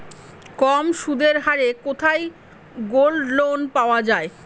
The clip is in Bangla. কম সুদের হারে কোথায় গোল্ডলোন পাওয়া য়ায়?